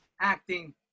acting